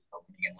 opening